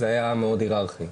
זה היה מאוד היררכי.